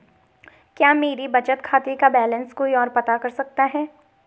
क्या मेरे बचत खाते का बैलेंस कोई ओर पता कर सकता है?